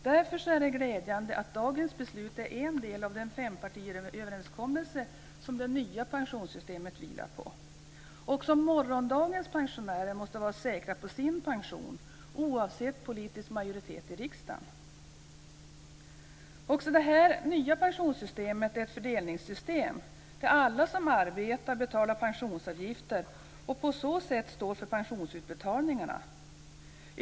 Därför är det glädjande att dagens beslut är en del av den fempartiöverenskommelse som det nya pensionssystemet vilar på. Också morgondagens pensionärer måste vara säkra på sin pension, oavsett politisk majoritet i riksdagen. Också det nya pensionssystemet är ett fördelningssystem, där alla som arbetar betalar pensionsavgifter och på så sätt står för pensionsutbetalningarna.